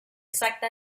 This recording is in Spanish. exacta